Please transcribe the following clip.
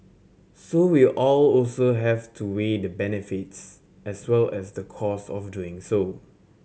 so we'll also have to weigh the benefits as well as the cost of doing so